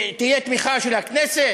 נהרוס.